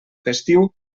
festiu